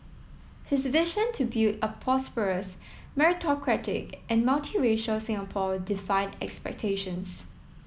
his vision to build a prosperous meritocratic and multiracial Singapore defied expectations